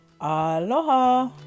Aloha